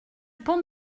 pont